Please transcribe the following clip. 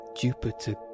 Jupiter